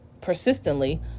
persistently